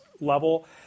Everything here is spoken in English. level